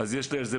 ותודה לו על כך.